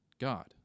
God